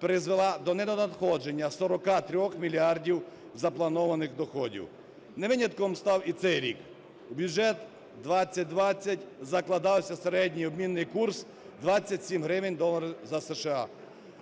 призвела до недонадходження 43 мільярдів запланованих доходів. Не винятком став і цей рік. В бюджет 2020 закладався середній обмінний курс 27 гривень за долар США,